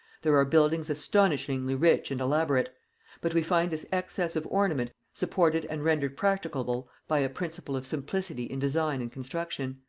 there are buildings astonishingly rich and elaborate but we find this excess of ornament supported and rendered practicable by a principle of simplicity in design and construction.